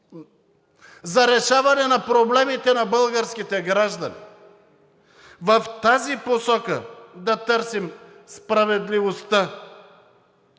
за решаване на проблемите на българските граждани. В тази посока да търсим справедливостта.